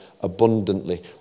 abundantly